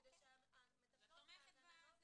כדי שהמטפלות --- אז את תומכת בזה.